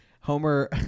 Homer